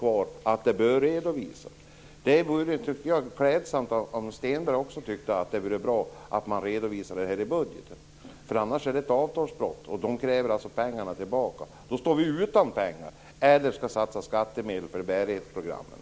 Jag tycker att det vore klädsamt om Stenberg också tycker att det här skall redovisas i budgeten. Annars är det ett avtalsbrott, och åkerinäringen kräver pengarna tillbaka. Då står vi utan pengar och skall satsa skattemedel för bärighetsprogrammet.